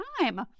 time